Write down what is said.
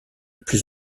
plus